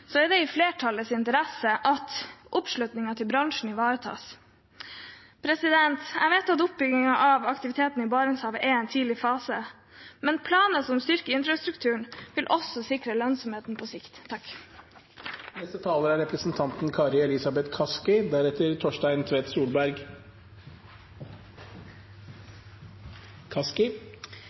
flertallets interesse at oppslutningen om bransjen ivaretas. Jeg vet at oppbyggingen av aktiviteten i Barentshavet er i en tidlig fase, men planer som styrker infrastrukturen, vil også sikre lønnsomheten på sikt. For klimaet er